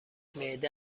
معده